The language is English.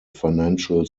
financial